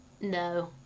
no